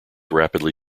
rapidly